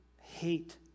hate